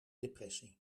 depressie